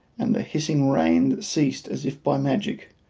and the hissing rain ceased as if by magic,